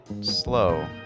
slow